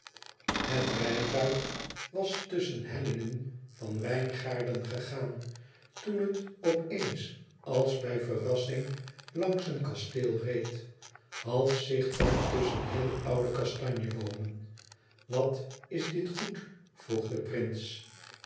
het rijtuig was tusschen hellingen van wijngaarden gegaan toen het op eens als bij verrassing langs een kasteel reed half zichtbaar tusschen heel oude kastanjeboomen e ids aargang at is dit goed vroeg de prins